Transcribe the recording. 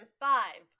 five